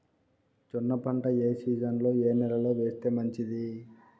జొన్న పంట ఏ సీజన్లో, ఏ నెల లో వేస్తే మంచిది?